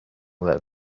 lived